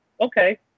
Okay